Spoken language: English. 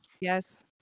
Yes